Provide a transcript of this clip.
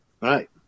Right